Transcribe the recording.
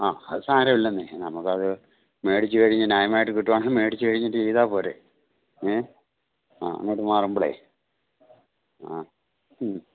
ആ അത് സാരവില്ലന്നെ നമുക്കത് മേടിച്ച് കഴിഞ്ഞ് ന്യായമായിട്ട് കിട്ടുവാണെങ്കിൽ മേടിച്ച് കഴിഞ്ഞിട്ട് ചെയ്താൽ പോരേ ഏ ആ അങ്ങോട്ട് മാറുമ്പോൾ ആ മ്മ്